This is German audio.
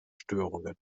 störungen